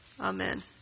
Amen